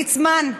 ליצמן,